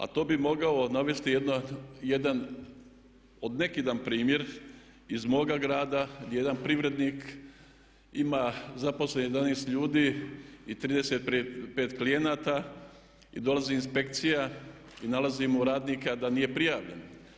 A to bi mogao navesti jedan od neki dan primjer iz moga grada gdje jedan privrednik ima zaposleno 11 ljudi i 35 klijenata i dolazi inspekcija i nalazi mu radnika da nije prijavljen.